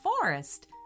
forest